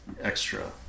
extra